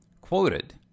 quoted